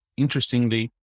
Interestingly